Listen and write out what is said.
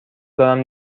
دارم